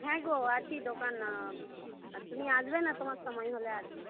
হ্যাঁ গো আছি দোকান আর তুমি আসবে না তোমার সময় হলে আসবে